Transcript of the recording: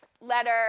letter